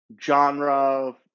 genre